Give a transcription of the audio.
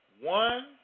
One